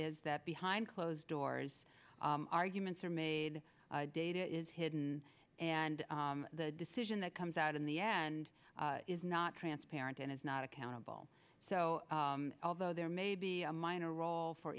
is that behind closed doors arguments are made data is hidden and the decision that comes out in the end is not transparent and it's not accountable so although there may be a minor role for